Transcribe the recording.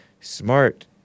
smart